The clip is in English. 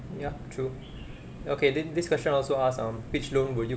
yup true okay then this question also asked um which loan will you